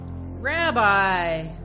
Rabbi